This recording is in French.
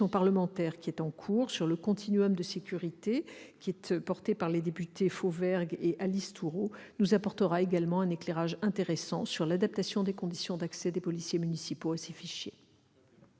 parlementaire en cours sur le continuum de sécurité, portée par les députés Jean-Michel Fauvergue et Alice Thourot, nous apportera un éclairage intéressant sur l'adaptation des conditions d'accès des policiers municipaux à ces fichiers.